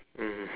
mm